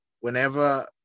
whenever